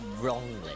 wrongly